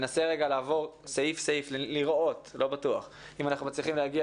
ננסה לעבור סעיף-סעיף לראות אם אנחנו מצליחים להגיע